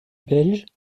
belge